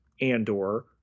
Andor